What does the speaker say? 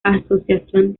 asociación